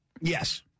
Yes